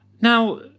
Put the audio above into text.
Now